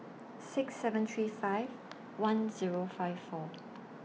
six seven three five one Zero five four